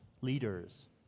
leaders